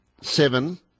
seven